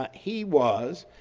he was